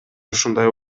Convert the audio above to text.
ушундай